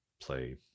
play